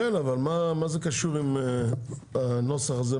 כן, אבל מה זה קשור לנוסח הזה?